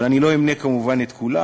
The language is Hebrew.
אבל אני לא אמנה כמובן את כולם,